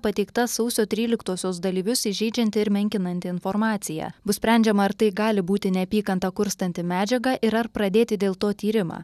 pateikta sausio tryliktosios dalyvius įžeidžianti ir menkinanti informacija bus sprendžiama ar tai gali būti neapykantą kurstanti medžiaga ir ar pradėti dėl to tyrimą